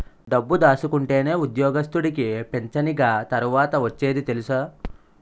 డబ్బు దాసుకుంటేనే ఉద్యోగస్తుడికి పింఛనిగ తర్వాత ఒచ్చేది తెలుసా